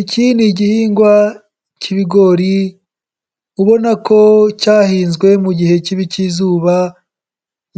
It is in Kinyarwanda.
Iki ni igihingwa cy'ibigori ubona ko cyahinzwe mu gihe kibi cy'izuba